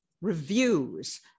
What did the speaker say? reviews